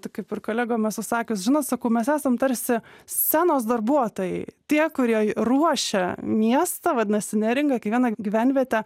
tai kaip ir kolegom esu sakius žinot sakau mes esam tarsi scenos darbuotojai tie kurie ruošia miestą vadinasi neringą kiekvieną gyvenvietę